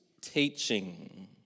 teaching